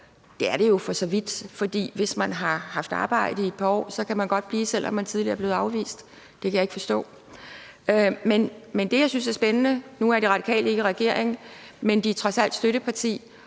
Det er det jo for så vidt, for hvis man har haft arbejde i et par år, kan man godt blive, selv om man tidligere er blevet afvist – det kan jeg ikke forstå. Nu er De Radikale ikke i regering, men de er trods alt støtteparti,